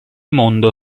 mondo